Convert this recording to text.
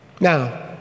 Now